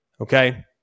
Okay